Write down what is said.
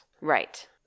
right